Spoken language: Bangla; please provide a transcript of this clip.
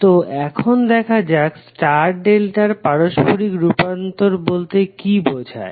তো এখন দেখা যাক স্টার ডেল্টা এর পারস্পরিক রূপান্তর বলতে কি বোঝায়